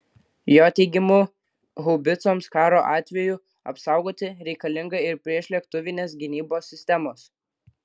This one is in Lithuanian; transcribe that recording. jo teigimu haubicoms karo atveju apsaugoti reikalinga ir priešlėktuvinės gynybos sistemos